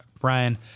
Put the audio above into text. Brian